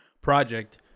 project